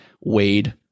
Wade